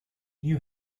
knew